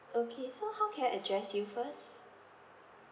okay so how can I address you first